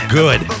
good